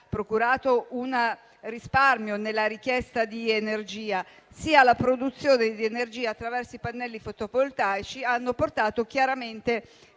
procurato un risparmio nella richiesta di energia, sia la produzione di energia attraverso i pannelli fotovoltaici hanno portato chiaramente